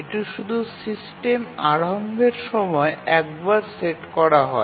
এটি শুধু সিস্টেম আরম্ভের সময় একবার সেট করা হয়